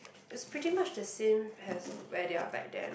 it's pretty much the same as where they are back then